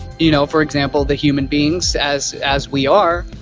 you know for example the human beings as as we are,